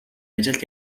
ажилд